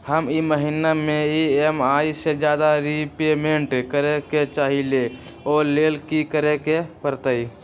हम ई महिना में ई.एम.आई से ज्यादा रीपेमेंट करे के चाहईले ओ लेल की करे के परतई?